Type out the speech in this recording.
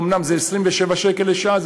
אומנם זה 27 שקל לשעה,